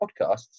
podcasts